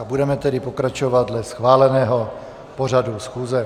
Budeme tedy pokračovat dle schváleného pořadu schůze.